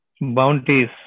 bounties